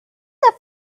that